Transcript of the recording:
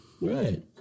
right